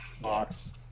box